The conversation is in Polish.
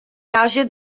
razie